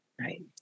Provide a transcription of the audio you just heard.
Right